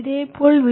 இதேபோல் வி